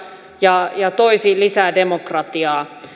ja ja toisi lisää demokratiaa